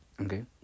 Okay